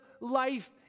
life